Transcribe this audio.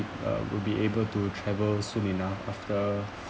uh will be able to travel soon enough after